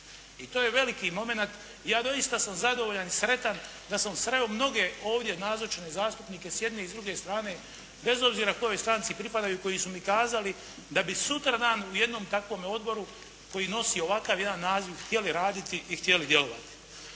i to je veliki momenat. Ja doista sam zadovoljan i sretan da sam sreo mnoge ovdje nazočne zastupnike s jedne i s druge strane bez obzira kojoj stranci pripadaju koji su mi kazali da bi sutradan u jednom takvome odboru koji nosi ovakav jedan naziv htjeli raditi i htjeli djelovati.